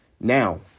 Now